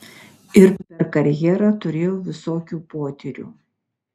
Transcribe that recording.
ir per karjerą turėjau visokių potyrių